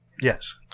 Yes